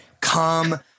come